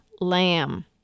Lamb